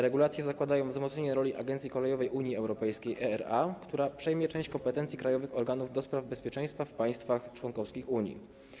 Regulacje zakładają wzmocnienie roli Agencji Kolejowej Unii Europejskiej ERA, która przejmie część kompetencji krajowych organów do spraw bezpieczeństwa w państwach członkowskich Unii.